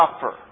suffer